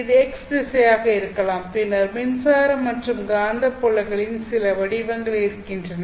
இது x திசையாக இருக்கலாம் பின்னர் மின்சார மற்றும் காந்தப்புலங்களின் சில வடிவங்கள் இருக்கின்றன